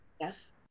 Yes